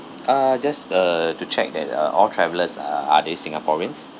uh just uh to check that uh all travelers are are they singaporeans